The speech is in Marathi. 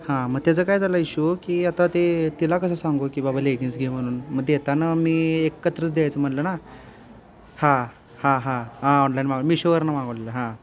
हां मग त्याचं काय झालं इशू की आता ते तिला कसं सांगू की बाबा लेगिन्स घे म्हणून मग देताना मी एकत्रच द्यायचं म्हणलं ना हां हां हां हां ऑनलाईन मिशोवरनं मागवलेलं हां